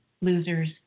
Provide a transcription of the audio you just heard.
losers